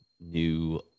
new